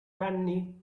penny